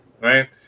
right